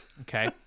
Okay